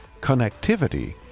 connectivity